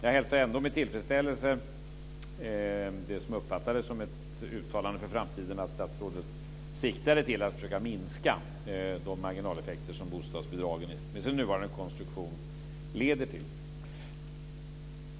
Jag hälsar ändå med tillfredsställelse det som jag uppfattade som ett uttalande för framtiden, nämligen att statsrådet siktade mot att försöka minska de marginaleffekter som bostadsbidragen i sin nuvarande konstruktion leder till.